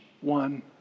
one